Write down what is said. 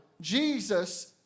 Jesus